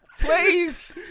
Please